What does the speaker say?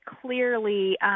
clearly